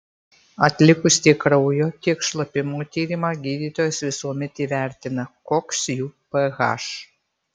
atlikus tiek kraujo tiek šlapimo tyrimą gydytojas visuomet įvertina koks jų ph